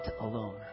alone